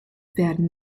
werden